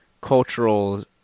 cultural